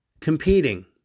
competing